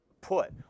put